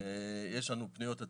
יש לנו פניות הציבור,